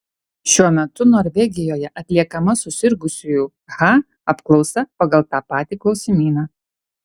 šiuo metu norvegijoje atliekama susirgusiųjų ha apklausa pagal tą patį klausimyną